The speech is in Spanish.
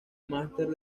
masters